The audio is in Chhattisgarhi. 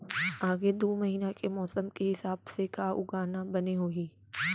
आगे दू महीना के मौसम के हिसाब से का उगाना बने होही?